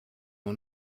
nur